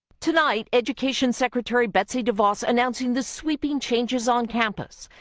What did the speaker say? tonight, education secretary betsey devoss announcing the sweeping changes on campus,